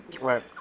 Right